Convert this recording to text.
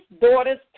Daughter's